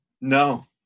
No